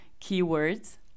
keywords